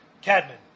Cadman